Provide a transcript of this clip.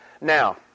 Now